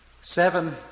seven